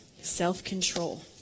Self-control